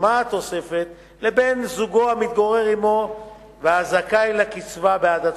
שהתוספת שולמה לו לבן-זוגו המתגורר עמו וזכאי לקצבה בעד עצמו,